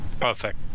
Perfect